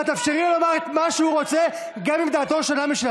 ואת תאפשרי לו לומר את מה שהוא רוצה גם אם דעתו שונה משלך.